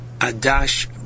Adash